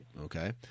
okay